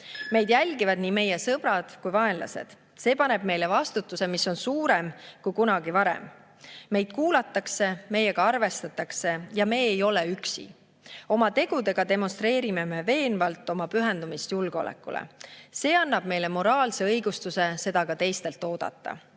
Meid jälgivad nii meie sõbrad kui ka vaenlased. See paneb meile vastutuse, mis on suurem kui kunagi varem. Meid kuulatakse, meiega arvestatakse ja me ei ole üksi. Oma tegudega demonstreerime me veenvalt oma pühendumist julgeolekule. See annab meile moraalse õigustuse seda ka teistelt oodata.